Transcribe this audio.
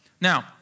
Now